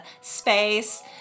Space